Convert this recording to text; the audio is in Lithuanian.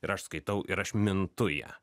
ir aš skaitau ir aš mintu ja